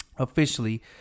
Officially